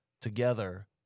together